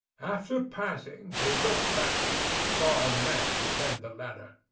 after passing, he looked back and saw a man descend the ladder.